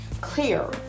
clear